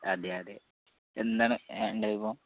അതെ അതെ എന്താണ് വേണ്ടത് ഇപ്പോൾ